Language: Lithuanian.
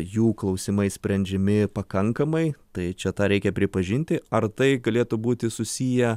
jų klausimai sprendžiami pakankamai tai čia tą reikia pripažinti ar tai galėtų būti susiję